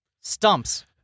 stumps